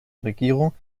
regierung